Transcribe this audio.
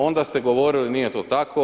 Onda ste govorili nije to tako.